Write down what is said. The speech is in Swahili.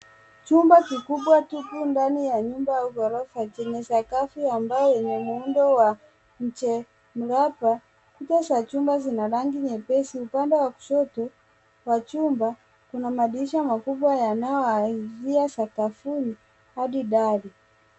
Chumba kikubwa tupu ndani ya nyumba au ghorofa chenye sakafu ya mbao wenye muundo wa mche mraba, kuta za nyumba zina rangi nyepesi upande wa kushoto wa chumba kuna madirisha makubwa yanayoanzia sakafuni hadi dari.